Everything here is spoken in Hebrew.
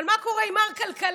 אבל מה קורה עם מר כלכלה?